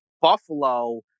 Buffalo